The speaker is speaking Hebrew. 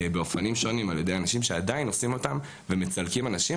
באופנים שונים על ידי אנשים שעדיין עושים אותם ומצלקים אנשים,